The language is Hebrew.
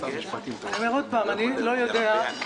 אני לא יודע.